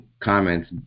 comments